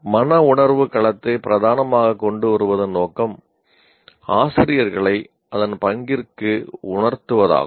மனவுணர்வு களத்தை பிரதானமாகக் கொண்டுவருவதன் நோக்கம் ஆசிரியர்களை அதன் பங்கிற்கு உணர்த்துவதாகும்